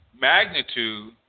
Magnitude